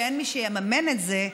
שאין מי שיממן את זה,